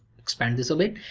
expand this a bit,